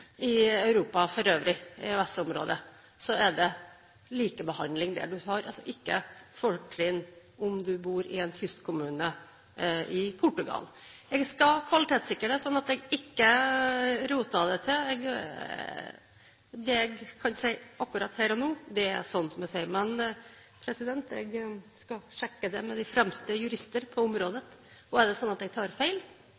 i Europa for øvrig, i EØS-området, er det likebehandling. Man har altså ikke fortrinn om man bor i en kystkommune i Portugal. Jeg skal kvalitetssikre det, sånn at jeg ikke roter det til. Det jeg kan si akkurat her og nå, er sånn som jeg sier det. Men jeg skal sjekke det med de fremste jurister på området.